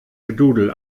gedudel